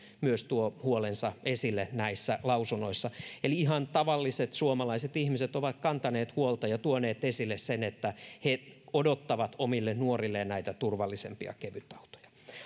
myös tuo huolensa esille näissä lausunnoissa eli ihan tavalliset suomalaiset ihmiset ovat kantaneet huolta ja tuoneet esille sen että he odottavat omille nuorilleen näitä turvallisempia kevytautoja